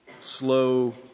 slow